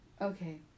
Okay